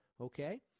Okay